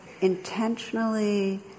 intentionally